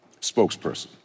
spokesperson